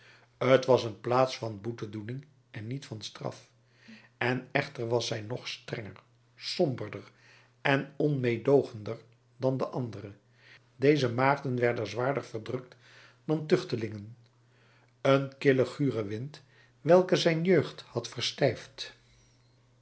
t was een plaats van boetedoening en niet van straf en echter was zij nog strenger somberder en onmeedoogender dan de andere deze maagden werden zwaarder verdrukt dan tuchtelingen een kille gure wind welke zijn jeugd had verstijfd